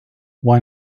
why